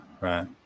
right